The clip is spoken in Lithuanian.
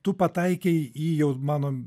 tu pataikei į jau mano